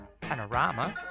panorama